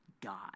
God